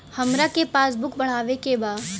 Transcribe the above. हमरा के passbook चढ़ावे के बा?